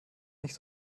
nicht